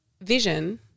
vision